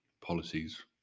policies